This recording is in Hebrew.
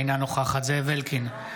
אינה נוכחת זאב אלקין,